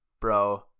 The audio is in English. bro